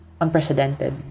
unprecedented